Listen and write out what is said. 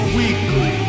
weekly